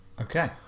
Okay